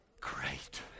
great